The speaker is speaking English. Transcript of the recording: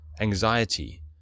anxiety